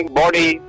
body